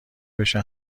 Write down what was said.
بشه